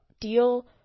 deal